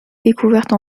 découverte